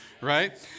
Right